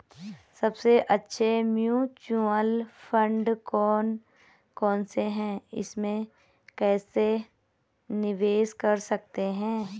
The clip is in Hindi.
सबसे अच्छे म्यूचुअल फंड कौन कौनसे हैं इसमें कैसे निवेश कर सकते हैं?